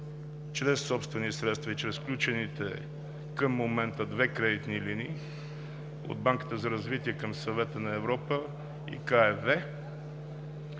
чрез собствени средства и чрез сключените към момента две кредитни линии от Банката за развитие към Съвета на Европа и KfW,